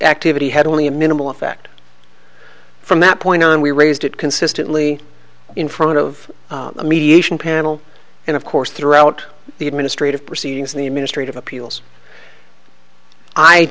activity had only a minimal effect from that point on we raised it consistently in front of the mediation panel and of course throughout the administrative proceedings in the administrative appeals i